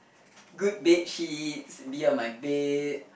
good bed sheets be on my bed